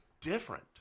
different